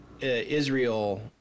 Israel